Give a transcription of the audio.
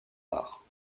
arts